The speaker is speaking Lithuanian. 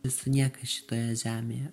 esu niekas šitoje žemėje